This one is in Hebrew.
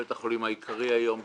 בית החולים העיקרי היום בירושלים.